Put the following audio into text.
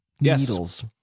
needles